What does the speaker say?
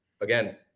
again